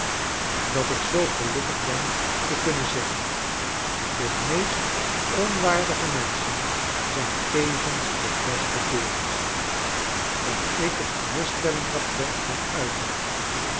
dat ik zoo gelukkig ben te kunnen zeggen de meest onwaardige menschen zijn tevens de beste kerels dat ik het geruststellend rapport kan uitbrengen